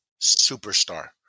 superstar